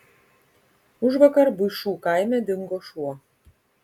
užvakar buišų kaime dingo šuo